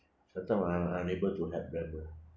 that time I unable to help them lah